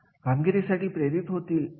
असे काही विशिष्ट मुद्दे एकत्रित करून